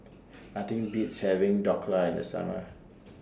Nothing Beats having Dhokla in The Summer